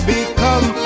become